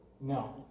No